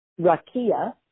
rakia